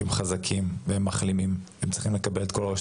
כי הם חזקים והם מחלימים והם צריכים לקבל כל רשת